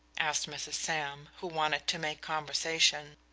asked mrs. sam, who wanted to make conversation.